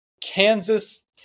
Kansas